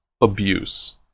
abuse